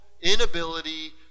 inability